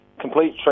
complete